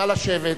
נא לשבת.